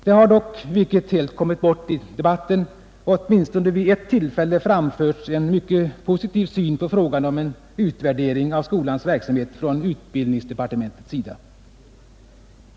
Det har dock — vilket helt kommit bort i debatten — åtminstone vid ett tillfälle framförts en mycket positiv syn på frågan om en utvärdering av skolans verksamhet från utbildningsdepartementets sida.